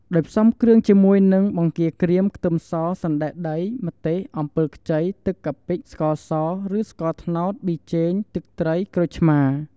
ដោយផ្សំគ្រឿងជាមួយនឹង បង្គាក្រៀម ខ្ទឹមស សណ្ដែកដី ម្ទេស អំពិលខ្ចី ទឹកកាពិ ស្ករស ឬស្ករត្នោត ប៊ីចេង ទឹកត្រី ក្រូចឆ្មា។